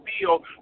bill